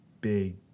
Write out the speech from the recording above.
big